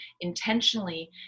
intentionally